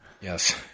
Yes